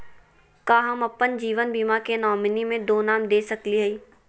का हम अप्पन जीवन बीमा के नॉमिनी में दो नाम दे सकली हई?